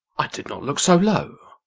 i did not look so low.